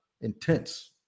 Intense